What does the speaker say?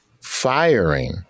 firing